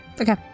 Okay